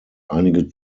einige